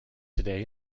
today